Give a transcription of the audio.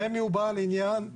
רמ"י הוא בעל עניין.